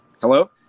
hello